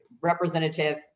representative